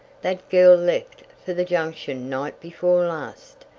that girl left for the junction night before last,